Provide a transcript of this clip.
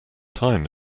time